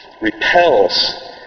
repels